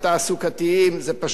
פשוט כואב הלב.